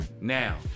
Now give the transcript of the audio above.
Now